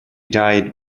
died